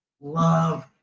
love